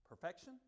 Perfection